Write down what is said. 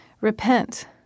Repent